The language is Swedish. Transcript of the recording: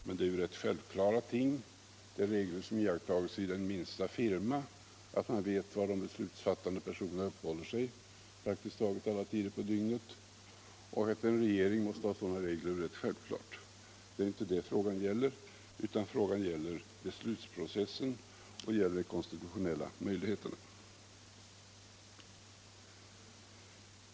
Men det är rätt självklara ting, regler som iakttages i den minsta firma — att man vet var de beslutsfattande personerna uppehåller sig praktiskt taget alla tider på dygnet. Att en regering måste ha sådana regler är rätt självklart. Det är inte detta det gäller, utan frågan gäller beslutsprocessen och de konstitutionella möjligheterna.